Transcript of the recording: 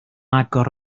agor